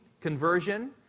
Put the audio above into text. conversion